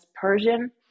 Persian